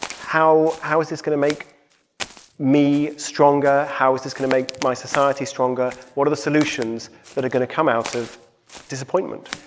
how how is this going to make me stronger? how is this going to make my society stronger? what are the solutions that are going to come out of disappointment?